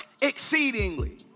Exceedingly